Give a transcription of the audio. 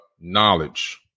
knowledge